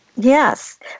Yes